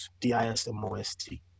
D-I-S-M-O-S-T